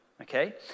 okay